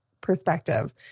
perspective